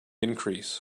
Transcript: increase